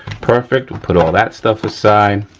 perfect, we'll put all that stuff aside.